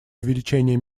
увеличение